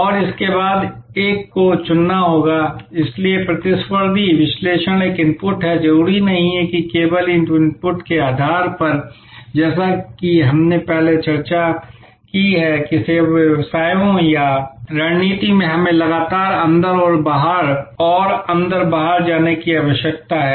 और इसके बाद एक को चुनना होगा इसलिए प्रतिस्पर्धी विश्लेषण एक इनपुट है जरूरी नहीं कि केवल उस इनपुट के आधार पर जैसा कि हमने चर्चा की कि सेवा व्यवसायों या रणनीति में हमें लगातार अंदर और बाहर और अंदर बाहर जाने की आवश्यकता है